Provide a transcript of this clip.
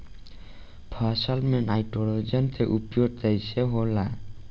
फसल में नाइट्रोजन के उपयोग कइसे होला?